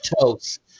toast